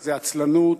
זה עצלנות.